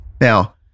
Now